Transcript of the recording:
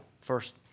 First